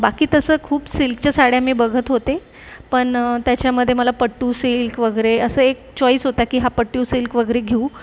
बाकी तसं खूप सिल्कच्या साड्या मी बघत होते पण त्याच्यामध्ये मला पट्टू सिल्क वगैरे असं एक चॉईज होता की हा पट्टू सिल्क वगैरे घेऊ